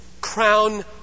crown